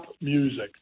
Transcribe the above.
music